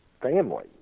family